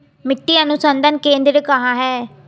मिट्टी अनुसंधान केंद्र कहाँ है?